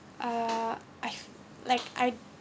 uh I've like I